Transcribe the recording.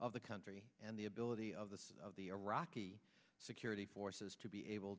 of the country and the ability of the of the iraqi security forces to be able